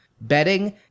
betting